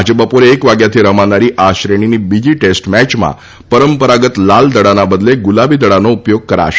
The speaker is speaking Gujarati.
આજે બપોરના એક વાગ્યાથી રમાનારી આ શ્રેણીની બીજી ટેસ્ટ મેચમાં પરંપરાગત લાલ દડાના બદલે ગુલાબી દડાનો ઉપયોગ કરાશે